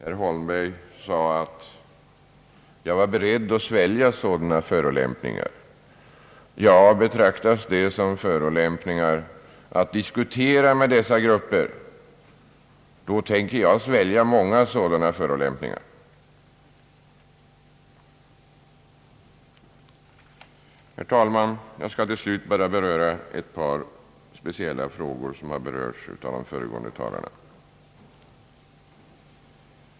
Herr Holmberg sade att jag var beredd att svälja sådana förolämpningar. Ja, betraktas det som förolämpningar att diskutera med dessa grupper, då tänker jag svälja många sådana förolämpningar. Herr talman! Jag skall till slut bara beröra ett par speciella frågor som har tagits upp av de föregående talarna.